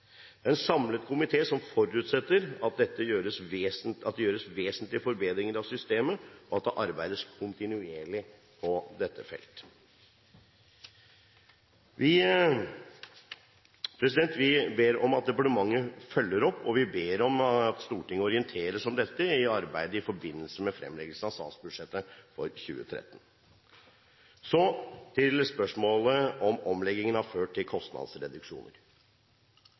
Det er en samlet komité som forutsetter at det gjøres vesentlige forbedringer av systemet, og at det arbeides kontinuerlig på dette feltet. Vi ber om at departementet følger opp, og vi ber om at Stortinget orienteres om dette arbeidet i forbindelse med fremleggelsen av statsbudsjettet for 2013. Så til spørsmålet om omleggingen har ført til kostnadsreduksjoner.